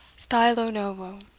stilo novo,